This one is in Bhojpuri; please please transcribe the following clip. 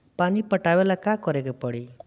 पानी पटावेला का करे के परी?